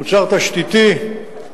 מוצר תשתיתי.